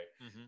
right